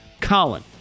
Colin